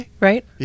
Right